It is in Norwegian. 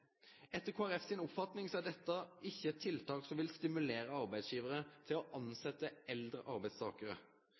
Etter Kristeleg Folkepartis oppfatning er ikkje dette eit tiltak som vil stimulere arbeidsgivarar til å tilsetje eldre arbeidstakarar.